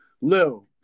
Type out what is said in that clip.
Lil